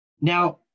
Now